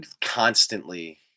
constantly